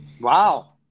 wow